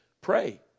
pray